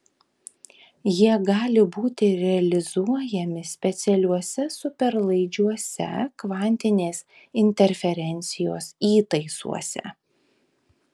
jie gali būti realizuojami specialiuose superlaidžiuose kvantinės interferencijos įtaisuose